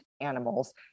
animals